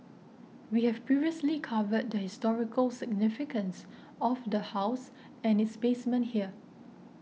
we have previously covered the historical significance of the house and its basement here